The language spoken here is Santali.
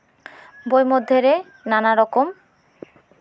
ᱵᱳᱭ ᱢᱚᱫᱽᱫᱷᱮ ᱨᱮ ᱱᱟᱱᱟ ᱨᱚᱠᱚᱢ